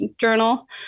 journal